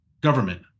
government